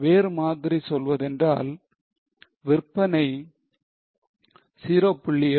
வேறு மாதிரி சொல்வதென்றால் விற்பனை 0